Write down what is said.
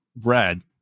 red